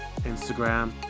Instagram